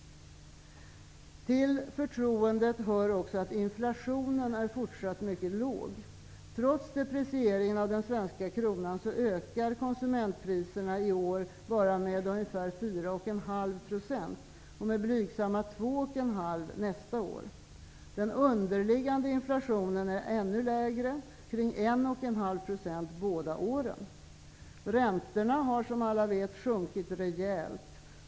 Till detta hör också att inflationen är fortsatt mycket låg. Trots deprecieringen av den svenska kronan ökar konsumentpriserna med bara ca 4,5 % i år och med blygsamma 2,5 % nästa år. Den underliggande inflationen är ännu lägre -- kring 1,5 % båda åren. Räntorna har, som alla vet, sjunkit rejält.